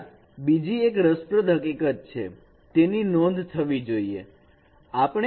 ત્યાં બીજી એક રસપ્રદ હકીકત છે તેની નોંધ થવી જોઈએ